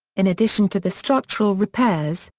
in addition to the structural repairs,